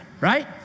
right